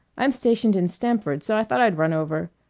i'm stationed in stamford, so i thought i'd run over.